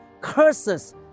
curses